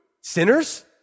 Sinners